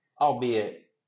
Albeit